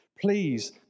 Please